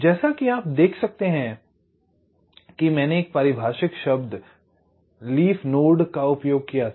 जैसा कि आप देख सकते हैं कि मैंने एक पारिभाषिक शब्द लीफ नोड का उपयोग किया था